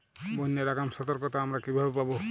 বন্যার আগাম সতর্কতা আমরা কিভাবে পাবো?